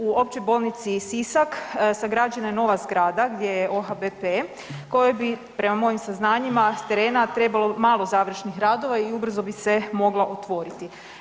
U Općoj bolnici Sisak sagrađena je nova zgrada gdje je OHBP kojoj bi prema mojim saznanjima s terena trebalo malo završnih radova i ubrzo bi se mogla otvoriti.